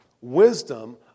Wisdom